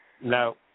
No